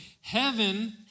heaven